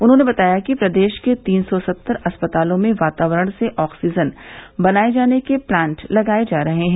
उन्होंने बताया कि प्रदेश के तीन सौ सत्तर अस्पतालों में वातावरण से ऑक्सीजन बनाये जाने के प्लांट लगाये जा रहे हैं